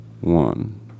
One